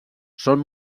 són